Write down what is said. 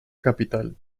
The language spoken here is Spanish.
capital